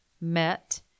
met